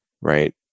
Right